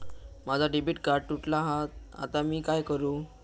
माझा debit card तुटला हा आता मी काय करू?